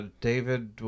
David